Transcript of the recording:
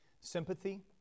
sympathy